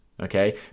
Okay